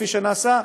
כפי שנעשה,